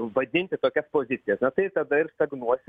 vadinti tokias pozicijas na tai tada ir stagnuosim